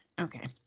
Okay